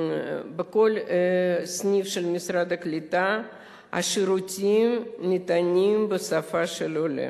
בכל סניף של משרד הקליטה השירותים ניתנים בשפה של העולה.